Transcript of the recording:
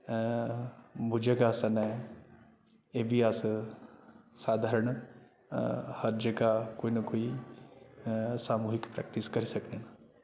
बुजक आसन ऐ एह् बी अस साधारण हर जगह् कोई ना कोई सामुहिक प्रैक्टिस करी सकने न